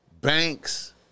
Banks